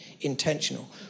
intentional